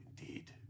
Indeed